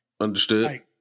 Understood